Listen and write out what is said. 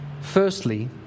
Firstly